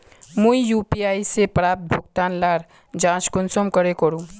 मुई यु.पी.आई से प्राप्त भुगतान लार जाँच कुंसम करे करूम?